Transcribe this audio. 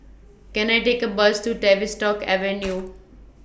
Can I Take A Bus to Tavistock Avenue